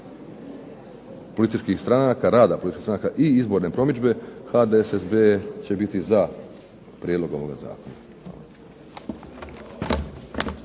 političkih stranaka, rada političkih stranaka i izborne promidžbe HDSSB će biti za prijedlog ovoga zakona.